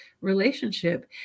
relationship